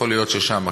יכול להיות ששם כן.